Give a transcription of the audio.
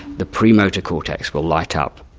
the pre-motor cortex will light up.